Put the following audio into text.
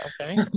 Okay